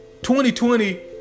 2020